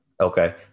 Okay